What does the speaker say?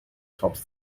tops